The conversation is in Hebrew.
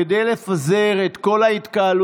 כדי לפזר את כל ההתקהלויות,